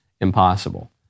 impossible